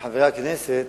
לחברי הכנסת,